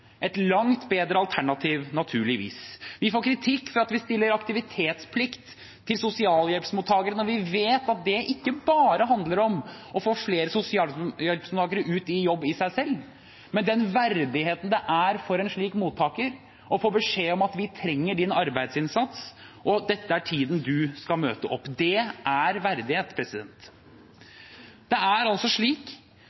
et langt bedre alternativ, naturligvis. Vi får kritikk for at vi stiller krav om aktivitetsplikt til sosialhjelpsmottakere, når vi vet at det ikke bare handler om å få flere sosialhjelpsmottakere ut i jobb i seg selv, men om den verdigheten det er for en slik mottaker å få beskjed om at vi trenger din arbeidsinnsats, og dette er den tiden du skal møte opp. Det er verdighet.